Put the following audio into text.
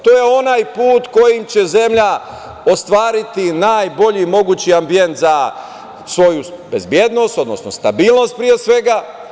To je onaj put kojim će zemlja ostvariti najbolji mogući ambijent za svoju bezbednost, odnosno stabilnost, pre svega.